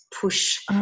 push